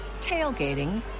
tailgating